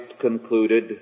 concluded